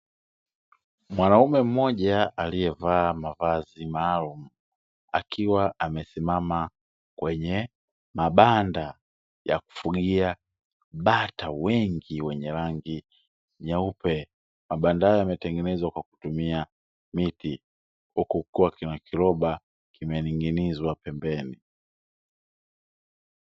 Mwanaume mmoja aliyevaa mavazi maalumu, akiwa amesimama kwenye mabanda ya kufugia bata wengi wenye rangi nyeupe. Mabanda hayo yametengenezwa kwa kutumia miti, huku kukiwa na kiroba kimening'inizwa pembeni.